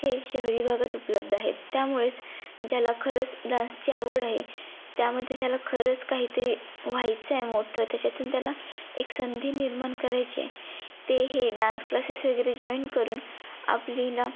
हे शहरी भागात उपलब्ध आहेत त्यामुळेच ज्याला खरंच डान्सची आवड आहे त्यामध्ये त्याला खरंच काही तरी व्हायचं आहे मोठं त्याच्यातून त्याला एक संधी निर्माण करायची आहे ते हे डान्स क्लासेस वगैरे जॉईन करून आपल्याला